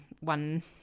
one